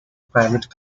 private